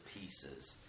pieces